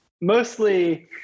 Mostly